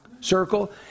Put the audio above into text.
circle